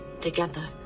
together